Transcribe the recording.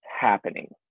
happening